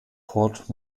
port